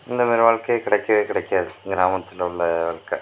இந்தமாரி வாழ்க்கை கிடைக்கவே கிடைக்காது கிராமத்தில் உள்ள வாழ்க்கை